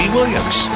Williams